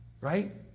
Right